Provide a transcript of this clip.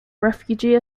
refugee